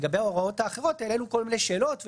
לגבי ההוראות האחרות העלינו כל מיני שאלות וקושיות,